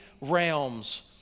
realms